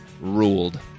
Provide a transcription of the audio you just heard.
ruled